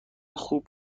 خوب